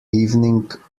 evening